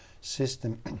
system